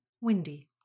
windy